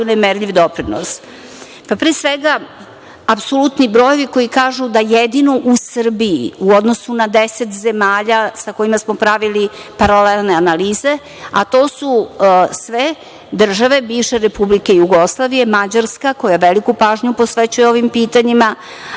nemerljiv doprinos. Pre svega, apsolutni brojevi koji kažu da jedino u Srbiji u odnosu na 10 zemalja sa kojima smo pravili paralelne analize, a to su sve države bivše Republike Jugoslavije, Mađarska koju veliku pažnju posvećuje ovim pitanjima,